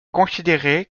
considérée